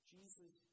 Jesus